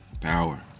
power